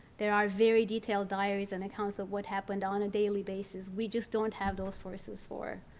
there are very detailed diaries and accounts of what happened on a daily basis. we just don't have those sources for